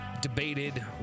debated